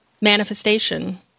manifestation